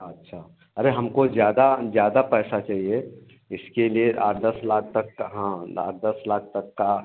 अच्छा अरे हमको ज़्यादा ज़्यादा पैसा चाहिए इसके लिए आठ दस लाख तक का हाँ आठ दस लाख तक का